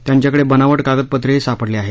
त्यांच्याकडे बनावट कागदपत्रेही सापडली आहेत